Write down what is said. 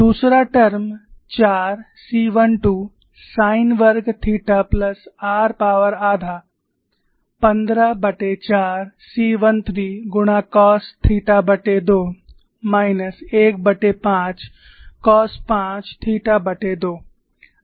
दूसरा term 4 c12 sine वर्ग थीटा प्लस r पॉवर आधा 154 c13 गुणा कॉस थीटा2 माइनस 15 कॉस 5 थीटा2